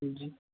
जी